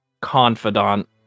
confidant